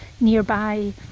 nearby